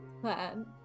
plan